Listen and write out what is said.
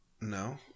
No